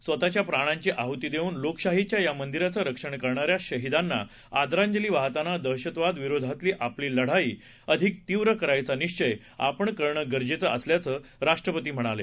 स्वतच्याप्राणांचीआहुतीदेऊनलोकशाहीच्यायामंदिराचंरक्षणकरणाऱ्याशहीदांनाआदरांजलीवाहतानादहशतवादाविरोधातलीआपलीलढाई अधिकतीव्रकरायचानिश्चयआपणकरणंगरजेचंअसल्याचंराष्ट्रपतीम्हणाले